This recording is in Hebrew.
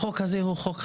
החוק הזה הוא חוק חשוב,